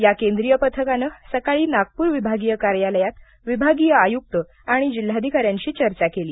या केंद्रीय पथकाने सकाळी नागपूर विभागीय कार्यालयात विभागीय आयुक्त आणि जिल्हाधिका यांशी चर्चा केली